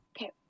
Okay